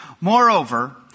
moreover